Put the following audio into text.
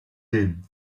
din